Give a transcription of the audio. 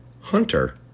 Hunter